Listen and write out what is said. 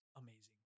amazing